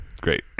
Great